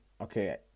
okay